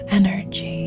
energy